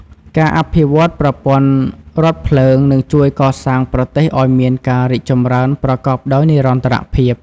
ការអភិវឌ្ឍន៍ប្រព័ន្ធរថភ្លើងនឹងជួយកសាងប្រទេសឱ្យមានការរីកចម្រើនប្រកបដោយនិរន្តរភាព។